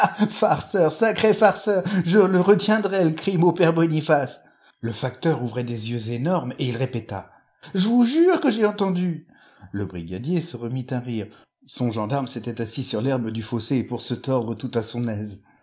farceur sacré farceur je le retiendrai r crime au père boni face le facteur ouvrait des yeux énormes et il répéta j vous jure que j'ai entendu le brigadier se remit à rire son gendarme s'était assis sur l'herbe du fossé pour se tordre tout à son aise